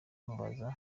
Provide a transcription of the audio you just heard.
mubaza